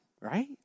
right